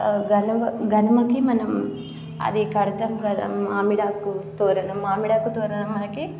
గలమ గలమకి మనం అది కదా మామిడాకు తోరణం మామిడాకు తోరణం మనకి